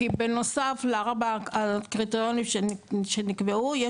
כי בנוסף לקריטריונים שנקבעו,